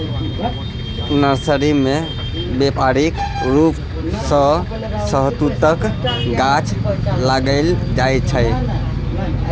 nursery मे बेपारिक रुप सँ शहतुतक गाछ लगाएल जाइ छै